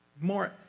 more